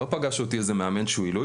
לא פגש אותי איזה מאמן שהוא עילוי.